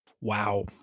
Wow